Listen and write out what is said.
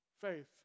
faith